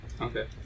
Okay